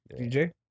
DJ